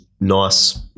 nice